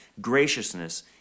graciousness